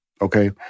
okay